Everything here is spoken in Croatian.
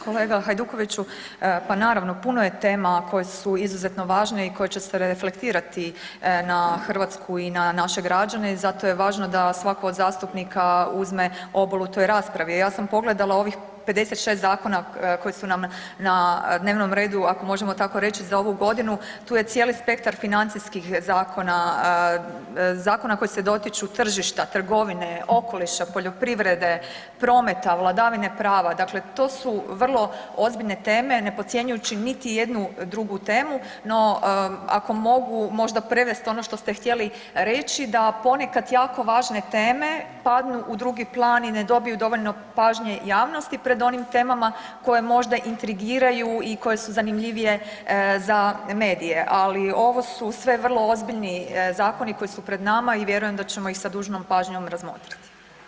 Kolega Hajdukoviću, pa naravno, puno je tema koje su izuzetno važne i koje će se reflektirati na Hrvatsku i na naše građen i zato je važno da svako od zastupnika uzme obol u toj raspravi, ja sam pogledala ovih 56 zakona koji su nam na dnevnom redu, ako možemo tako reći, za ovu godinu, tu je cijeli spektar financijskih zakona, zakona koji se dotiču tržišta, trgovine, okoliša, poljoprivrede, prometa, vladavine prava, dakle to su vrlo ozbiljne teme, ne podcjenjujući niti jednu drugu temu, no ako mogu možda prevest ono što ste htjeli reći, da ponekad jako važne teme padnu u drugi plan i ne dobiju dovoljno pažnje javnosti pred onim temama koje možda intrigiraju i koje su zanimljivije za medije ali ovo su sve vrlo ozbiljni zakoni koji su pred nama i vjerujem da ćemo ih sa dužnom pažnjom razmotriti.